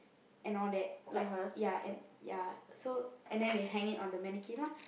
and all that like ya and ya so and then they hang it on the mannequin lah